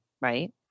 right